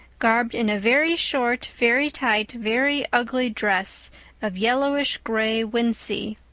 garbed in a very short, very tight, very ugly dress of yellowish-gray wincey.